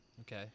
Okay